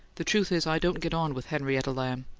the truth is, i don't get on with henrietta lamb.